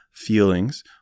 feelings